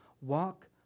Walk